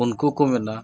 ᱩᱱᱠᱩ ᱠᱚ ᱢᱮᱱᱟ